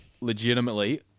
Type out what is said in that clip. Legitimately